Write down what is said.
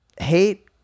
hate